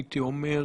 הייתי אומר,